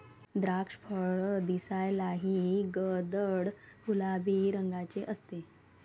द्राक्षफळ दिसायलाही गडद गुलाबी रंगाचे असते